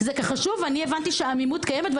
כי הוא חשוב והבנתי שהעמימות קיימת,